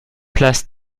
place